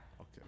Okay